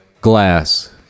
Glass